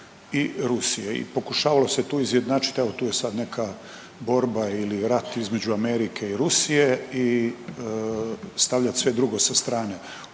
i Rusije i pokušavalo se tu izjednačiti, evo tu je sad neka borba ili rat između Amerike i Rusije i stavljati sve drugo sa strane.